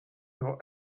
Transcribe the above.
your